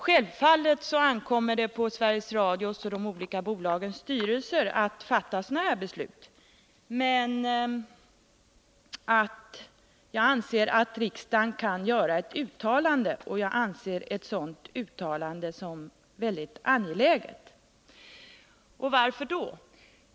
Självfallet ankommer det på Sveriges Radios och de olika bolagens styrelser att fatta sådana här beslut, men jag anser att riksdagen kan göra ett uttalande. Och jag anser ett sådant uttalande som väldigt angeläget. Och varför då?